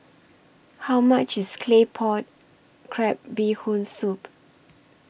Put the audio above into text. How much IS Claypot Crab Bee Hoon Soup